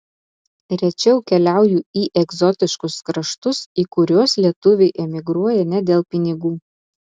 rečiau keliauju į egzotiškus kraštus į kuriuos lietuviai emigruoja ne dėl pinigų